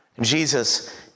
Jesus